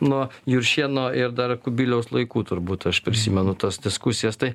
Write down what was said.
nuo juršėno ir dar kubiliaus laikų turbūt aš prisimenu tas diskusijas tai